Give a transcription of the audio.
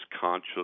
conscious